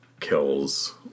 kills